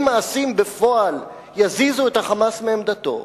מעשים בפועל יזיזו את ה"חמאס" מעמדתו,